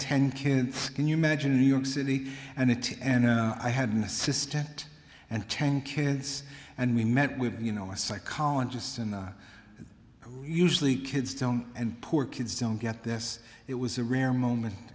ten kids can you imagine in new york city and it and i had an assistant and ten kids and we met with you know a psychologist and usually kids don't and poor kids don't get this it was a rare